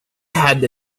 had